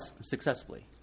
successfully